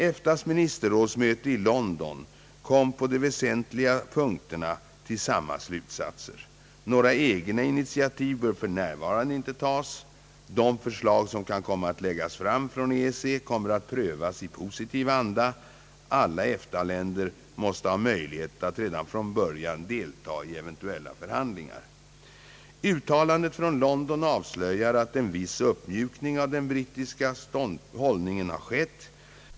EFTA:s ministerrådsmöte i London kom på de väsentliga punkterna till samma slutsatser. Några egna initiativ bör f.n. inte tas. De förslag som kan komma att läggas fram från EEC kommer att prövas i positiv anda. Alla EFTA-länder måste ha möjlighet att redan från början delta i eventuella förhandlingar. Uttalandet från London avslöjar att en viss uppmjukning av den brittiska hållningen har skett.